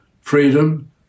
freedom